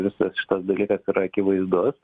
visas šitas dalykas yra akivaizdus